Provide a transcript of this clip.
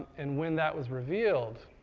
and when that was revealed,